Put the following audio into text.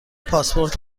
پاسپورت